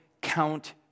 count